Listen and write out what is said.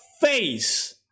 face